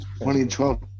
2012